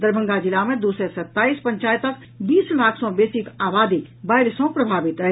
दरभंगा जिला मे दू सय सत्ताईस पंचायतक बीस लाख सँ बेसी आबादी बाढ़ि सँ प्रभावित अछि